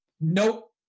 Nope